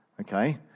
okay